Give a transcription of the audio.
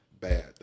bad